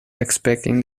expecting